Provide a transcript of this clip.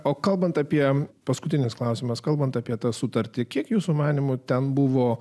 o kalbant apie paskutinis klausimas kalbant apie tą sutartį kiek jūsų manymu ten buvo